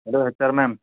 hello H R ma'am